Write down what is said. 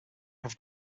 have